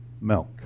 milk